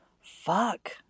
fuck